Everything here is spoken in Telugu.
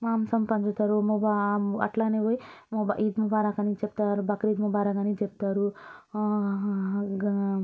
మాంసం పంచుతారు ముబా అట్ల పోయి ఈద్ ముబారక్ అని చెప్తారు బక్రీద్ ముబారక్ అని చెప్తారు